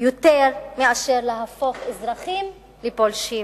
יותר מאשר להפוך אזרחים לפולשים?